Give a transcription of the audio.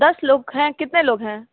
दस लोग हैं कितने लोग हैं